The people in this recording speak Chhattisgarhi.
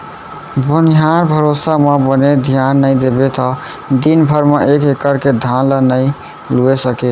बनिहार भरोसा म बने धियान नइ देबे त दिन भर म एक एकड़ के धान ल नइ लूए सकें